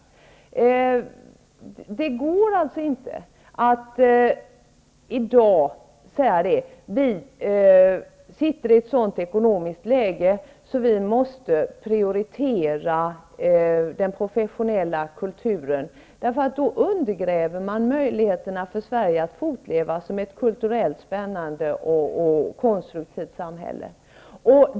Det går inte att i dag säga att det ekonomiska läget för oss är sådant att vi måste prioretera den professionella kulturen. Då skulle man nämligen undergräva möjligheterna för Sverige att fortleva som ett kulturellt, spännande och konstruktivt samhälle.